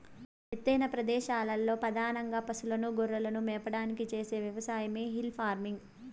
ఎత్తైన ప్రదేశాలలో పధానంగా పసులను, గొర్రెలను మేపడానికి చేసే వ్యవసాయమే హిల్ ఫార్మింగ్